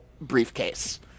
briefcase